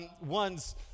one's